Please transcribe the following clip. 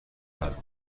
مردم